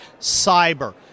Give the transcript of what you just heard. cyber